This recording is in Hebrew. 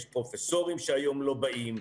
יש פרופסורים שהיום לא באים,